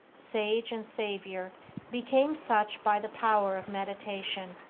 sage, and savior became such by the power of meditation.